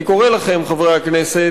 אני קורא לכם, חברי הכנסת,